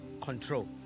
control